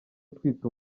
utwite